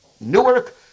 Newark